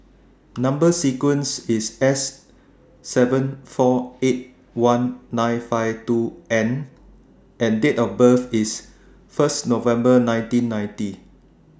Number sequence IS S seven four eight one nine five two N and Date of birth IS First November nineteen ninety